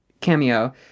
cameo